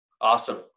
Awesome